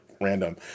random